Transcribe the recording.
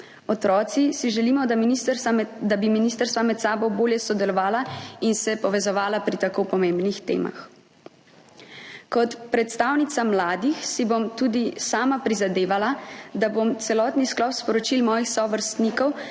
Otroci si želimo, da bi ministrstva med sabo bolje sodelovala in se povezovala pri tako pomembnih temah. Kot predstavnica mladih si bom tudi sama prizadevala, da bom celotni sklop sporočil mojih sovrstnikov